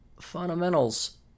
Fundamentals